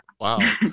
Wow